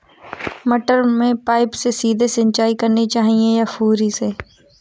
मटर में पाइप से सीधे सिंचाई करनी चाहिए या फुहरी से?